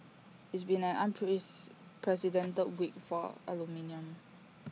it's been an unprecedented week for aluminium